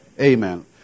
Amen